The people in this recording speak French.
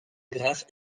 graphes